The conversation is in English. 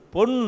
Pun